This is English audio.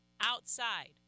outside